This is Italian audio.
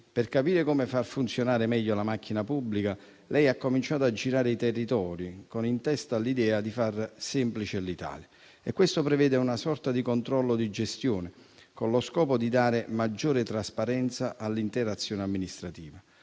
Per capire come far funzionare meglio la macchina pubblica, lei ha cominciato a girare i territori con in testa l'idea di far semplice l'Italia: questo prevede una sorta di controllo di gestione, con lo scopo di dare maggiore trasparenza all'intera azione amministrativa,